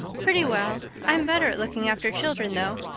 pretty well. i'm better at looking after children, though.